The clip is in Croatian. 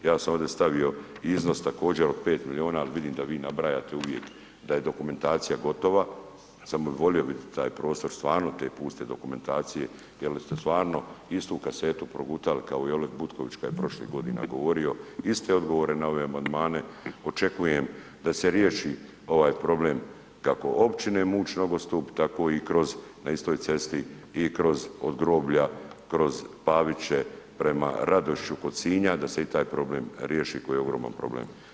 Ja sam ovdje stavio iznos također od 5 milijuna ali vidim da vi nabrajate uvijek da je dokumentacija gotova, samo bih volio vidjeti taj prostor stvarno te puste dokumentacije je li ste stvarno istu kazetu progutali kao i Oleg Butković kada je prošlih godina govorio iste odgovore na ove amandmane, očekujem da se riješi ovaj problem kako općine Muć nogostup tako i kroz na istoj cesti i kroz od groblja, kroz Paviće prema Radošiću kod Sinja da se i taj problem riješi koji je ogroman problem.